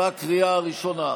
(תיקון מס' 6), בקריאה הראשונה.